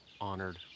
honored